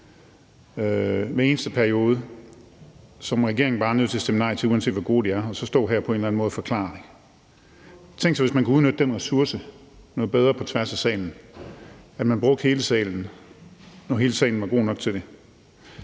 hver eneste periode, som regeringen bare er nødt til at stemme nej til, uanset hvor gode de er, og tænk sig så at skulle stå her og forklare det på en eller anden måde. Tænk sig, hvis man kunne udnytte den ressource noget bedre på tværs af salen, altså at man brugte hele salen; at hele salen var god nok til det.